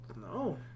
No